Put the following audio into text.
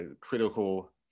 critical